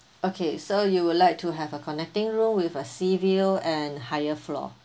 okay so you would like to have a connecting row with a sea view and higher floor